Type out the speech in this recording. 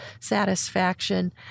satisfaction